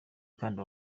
kandi